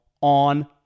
on